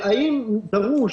האם דרוש